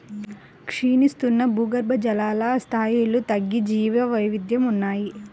క్షీణిస్తున్న భూగర్భజల స్థాయిలు తగ్గిన జీవవైవిధ్యం ఉన్నాయి